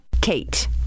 KATE